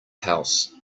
house